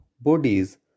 bodies